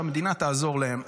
שהמדינה תעזור להם,